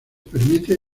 permite